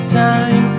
time